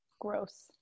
Gross